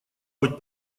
быть